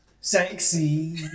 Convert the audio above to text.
Sexy